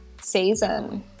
season